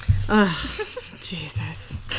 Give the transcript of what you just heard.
Jesus